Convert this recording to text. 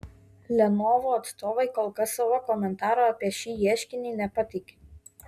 lenovo atstovai kol kas savo komentaro apie šį ieškinį nepateikė